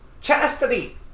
Chastity